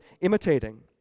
imitating